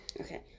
Okay